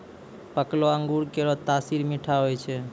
पकलो अंगूर केरो तासीर मीठा होय छै